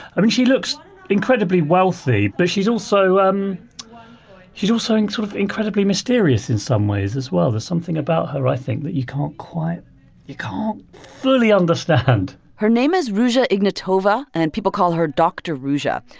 i mean, she looks incredibly wealthy. but she's also um she's also sort of incredibly mysterious in some ways as well. there's something about her, i think, that you can't quite you can't fully understand her name is ruja ignatova, and people call her dr. ruja.